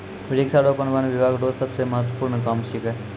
वृक्षारोपण वन बिभाग रो सबसे महत्वपूर्ण काम छिकै